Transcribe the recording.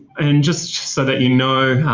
and just so that you know,